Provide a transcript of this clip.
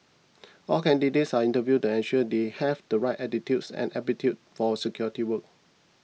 all candidates are interviewed then sure they have the right attitude and aptitude for security work